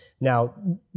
now